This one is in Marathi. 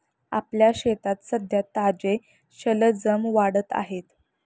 आपल्या शेतात सध्या ताजे शलजम वाढत आहेत